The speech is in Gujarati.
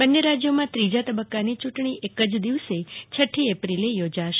બંન્ને રાજયોમાં ત્રીજા તબક્કાની ચૂંટણી એક જ દિવસે છઠ્ઠી એપ્રિલે યોજાશે